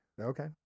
Okay